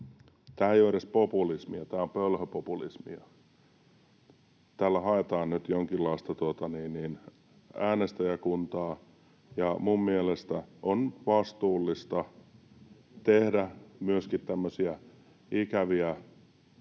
Tämä ei ole edes populismia, tämä on pölhöpopulismia. Tällä haetaan nyt jonkinlaista äänestäjäkuntaa, ja minun mielestä on vastuullista tehdä myöskin tämmöisiä ikäviä